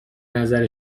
نظر